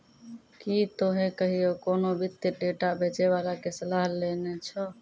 कि तोहें कहियो कोनो वित्तीय डेटा बेचै बाला के सलाह लेने छो?